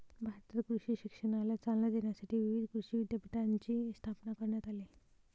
भारतात कृषी शिक्षणाला चालना देण्यासाठी विविध कृषी विद्यापीठांची स्थापना करण्यात आली